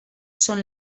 són